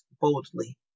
boldly